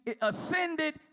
ascended